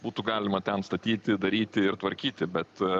būtų galima ten statyti daryti ir tvarkyti bet